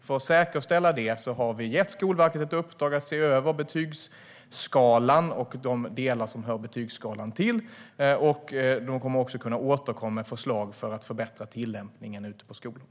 För att säkerställa det har vi gett Skolverket ett uppdrag att se över betygsskalan och de delar som hör till betygsskalan. De kommer också att kunna återkomma med förslag för att förbättra tillämpningen ute på skolorna.